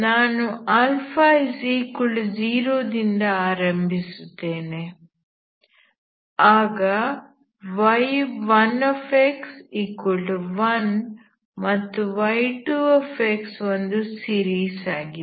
ನಾನು α 0 ದಿಂದ ಆರಂಭಿಸುತ್ತೇನೆ ಆಗ y1x1 ಮತ್ತು y2x ಒಂದು ಸೀರೀಸ್ ಆಗಿದೆ